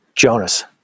Jonas